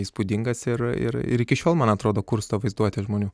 įspūdingas ir ir ir iki šiol man atrodo kursto vaizduotę žmonių